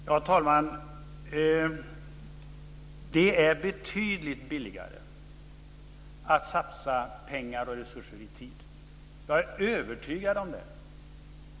Herr talman! Det är betydligt billigare att satsa pengar och resurser i tid. Jag är övertygad om det.